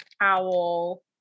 owl